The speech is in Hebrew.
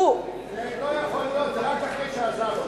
זה לא יכול להיות, זה רק אחרי שעזבנו.